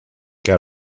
què